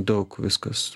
daug viskas